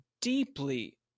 deeply